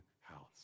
house